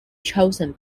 chosen